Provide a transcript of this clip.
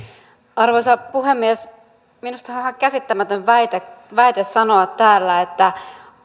arvoisa puhemies minusta on ihan käsittämätön väite väite sanoa täällä että